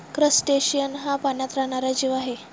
crustacean हा पाण्यात राहणारा जीव आहे